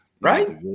Right